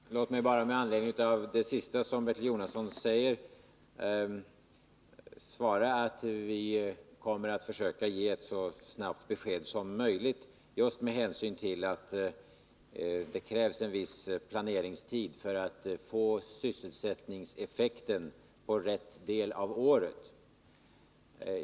Fru talman! Låt mig bara med anledning av det sista som Bertil Jonasson anförde svara att vi kommer att försöka ge ett besked så snart som möjligt, just med hänsyn till att det krävs en viss planeringstid för att få sysselsättningseffekten på rätt del av året.